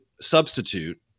substitute